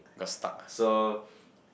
so